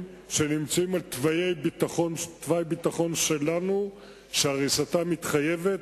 שנמצאים על תוואי ביטחון שלנו והריסתם מתחייבת.